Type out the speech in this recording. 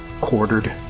quartered